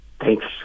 Thanks